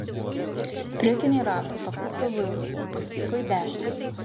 priekiniai ratai pakluso vairui ir pasisuko į dešinę